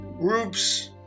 groups